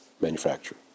manufacture